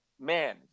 man